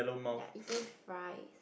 ya eating fries